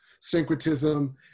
syncretism